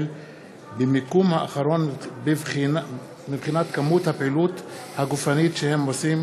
במקום האחרון מבחינת היקף הפעילות הגופנית שהם עושים